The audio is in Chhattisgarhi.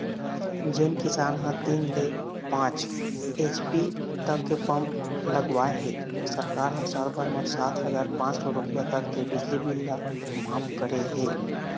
जेन किसान ह तीन ले पाँच एच.पी तक के पंप लगवाए हे सरकार ह साल भर म सात हजार पाँच सौ रूपिया तक के बिजली बिल ल मांफ करे हे